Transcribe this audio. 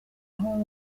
amahoro